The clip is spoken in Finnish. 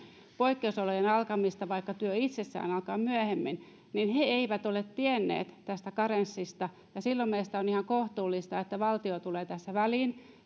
poikkeusolojen alkamista vaikka työ itsessään alkaa myöhemmin niin he eivät ole tienneet tästä karenssista ja silloin meistä on ihan kohtuullista että valtio tulee tässä väliin